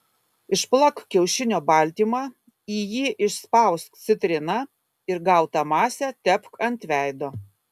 išplak kiaušinio baltymą į jį išspausk citriną ir gautą masę tepk ant veido